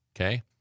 okay